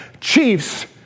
chiefs